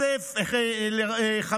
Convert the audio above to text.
50